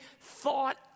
thought